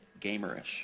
Gamerish